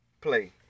play